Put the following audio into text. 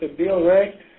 ah bill reck.